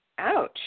ouch